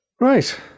Right